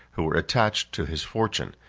who were attached to his fortune,